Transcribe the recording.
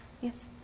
Yes